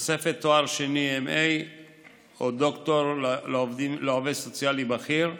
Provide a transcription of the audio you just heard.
תוספת תואר שני M.A או דוקטור לעובד סוציאלי בכיר,